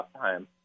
time